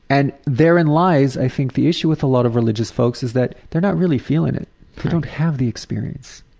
and therein and lies, i think, the issue with a lot of religious folks, is that they're not really feeling it. they don't have the experience.